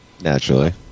Naturally